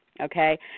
okay